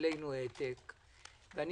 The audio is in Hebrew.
והעתק אלינו.